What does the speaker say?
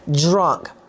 drunk